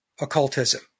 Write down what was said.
occultism